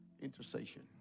intercession